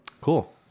Cool